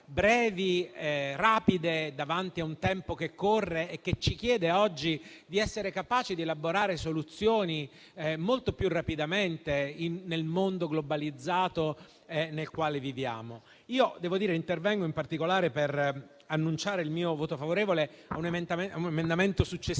brevi e rapide davanti a un tempo che corre e che ci chiede di essere capaci di elaborare soluzioni molto più rapidamente, nel mondo globalizzato nel quale viviamo. Io intervengo in particolare per annunciare il mio voto favorevole a un emendamento successivo